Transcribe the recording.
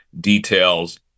details